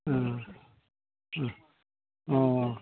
ओ ओ अ